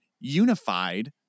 unified